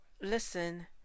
listen